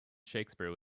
shakespeare